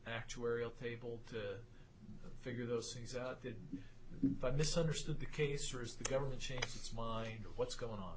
actuarial table to figure those things out there but misunderstood the case or as the government changes its mind what's going on